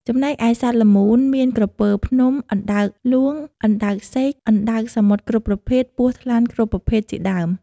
ចំណែឯសត្វល្មូនមាន ក្រពើភ្នំ , អណ្ដើកហ្លួង អណ្ដើកសេក អណ្ដើកសមុទ្រគ្រប់ប្រភេទ ពស់ថ្លាន់គ្រប់ប្រភេទជាដើម។